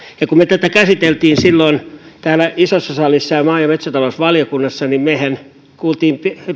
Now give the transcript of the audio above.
kun me tätä käsittelimme silloin täällä isossa salissa ja maa ja metsätalousvaliokunnassa niin mehän kuulimme